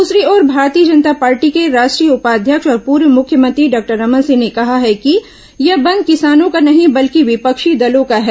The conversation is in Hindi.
दूसरी ओर भारतीय जनता पार्टी के राष्ट्रीय उपाध्यक्ष और पूर्व मुख्यमंत्री डॉक्टर रमन सिंह ने कहा है कि यह बंद किसानों का नहीं बल्कि विपक्षी दलों का है